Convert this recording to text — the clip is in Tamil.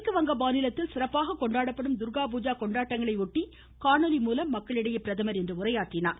மேற்குவங்க மாநிலத்தில் சிறப்பாக கொண்டாடப்படும் துர்கா பூஜா கொண்டாட்டங்களையொட்டி இன்று காணொலி மூலம் மக்களிடையே பிரதமர் உரையாற்றினார்